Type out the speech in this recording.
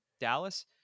Dallas